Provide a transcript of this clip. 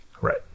right